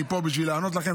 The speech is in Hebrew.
אני פה בשביל לענות לכם.